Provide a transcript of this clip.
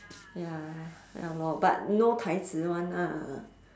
ya ya lor but no 台词：tai ci [one] ah